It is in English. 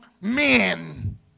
men